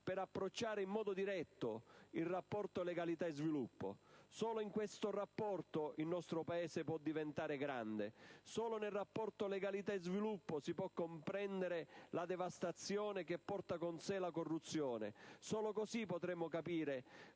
per approcciare in modo diretto il rapporto tra legalità e sviluppo. Solo in questo rapporto il nostro Paese può diventare grande; solo nel rapporto tra legalità e sviluppo si può comprendere la devastazione che porta con sé la corruzione; solo così potremo capire